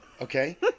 Okay